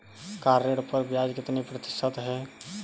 Car ऋण पर ब्याज कितने प्रतिशत है?